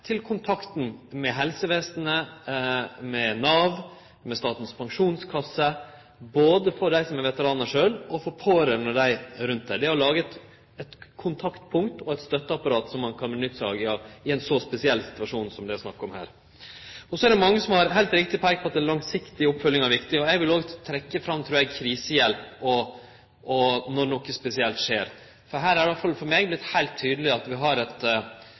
til kontakt med helsevesenet, med Nav, med Statens Pensjonskasse, både for dei som er veteranar sjølve, og for pårørande og dei rundt dei – det å lage eit kontaktpunkt og eit støtteapparat som ein kan nytte i ein så spesiell situasjon som det er snakk om her. Så er det mange som heilt riktig har peikt på at ei langsiktig oppfølging er viktig. Eg vil òg trekkje fram krisehjelp når noko spesielt skjer, for det har i alle fall vorte heilt tydeleg for meg at det er behov for ei avklaring mellom sivil side og militær side om ansvarsfordelinga, og korleis vi